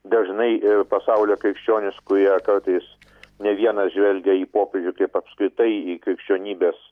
dažnai pasaulio krikščionys kurie kartais ne vienas žvelgia į popiežių kaip apskritai į krikščionybės